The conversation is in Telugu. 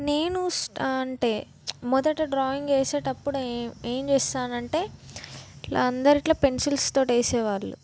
నేను అంటే మొదట డ్రాయింగ్ వేసేటప్పుడు ఏం ఏం చేస్తానంటే ఇట్లా అందరు ఇట్లా పెన్సిల్స్తో వేసేవాళ్ళు